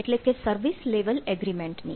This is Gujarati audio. એટલે કે સર્વિસ લેવલ એગ્રીમેન્ટની